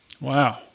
Wow